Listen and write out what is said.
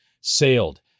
sailed